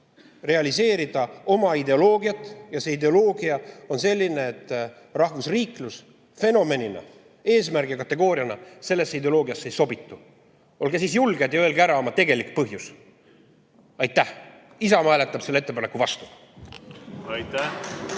realiseerida oma ideoloogiat ja see ideoloogia on selline, et rahvusriiklus fenomenina, eesmärgi kategooriana sellesse ideoloogiasse ei sobitu. Olge siis julged ja öelge välja oma tegelik põhjus. Aitäh! Isamaa hääletab selle ettepaneku vastu!